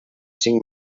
cinc